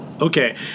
Okay